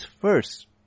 first